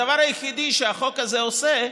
הדבר היחיד שהחוק הזה עושה,